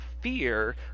Fear